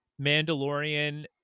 Mandalorian